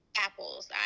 apples